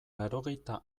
laurogeita